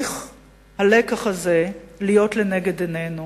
הלקח הזה צריך להיות לנגד עינינו.